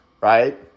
right